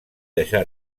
deixar